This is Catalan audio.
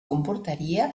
comportaria